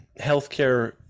healthcare